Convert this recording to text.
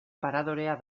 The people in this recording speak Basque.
paradorea